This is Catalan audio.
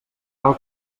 cal